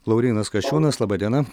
laurynas kasčiūnas laba diena